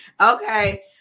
Okay